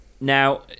Now